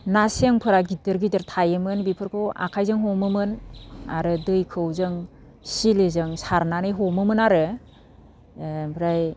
ना सेंफोरा गिदिर गिदिर थायोमोन बेफोरखौ आखाइजों हमोमोन आरो दैखौ जों सिलिजों सारनानै हमोमोन आरो ओमफ्राय